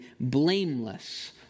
blameless